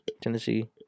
Tennessee